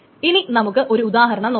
ഇനി നമുക്ക് ഒരു ഉദാഹരണം നോക്കാം